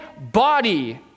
body